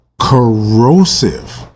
corrosive